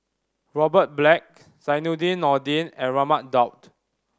Robert Black Zainudin Nordin and Raman Daud